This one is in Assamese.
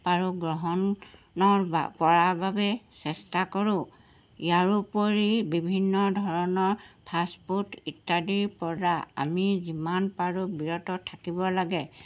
পাৰোঁ গ্ৰহণৰ পৰাৰ বাবে চেষ্টা কৰোঁ ইয়াৰোপৰি বিভিন্ন ধৰণৰ ফাষ্ট ফুড ইত্যাদিৰপৰা আমি যিমান পাৰোঁ বিৰত থাকিব লাগে